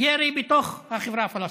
ירי בתוך החברה הפלסטינית.